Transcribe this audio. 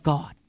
God